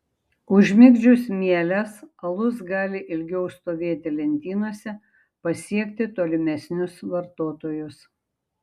užmigdžius mieles alus gali ilgiau stovėti lentynose pasiekti tolimesnius vartotojus